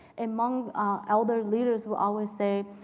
and hmong ah elder leaders would always say,